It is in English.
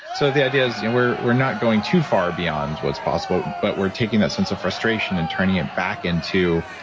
so the idea is we're we're not going too far beyond what's possible, but we're taking that sense of frustration and turning it back into,